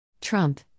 Trump